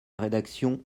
rédaction